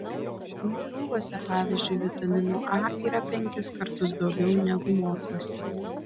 moliūguose pavyzdžiui vitamino a yra penkis kartus daugiau negu morkose